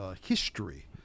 history